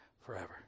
forever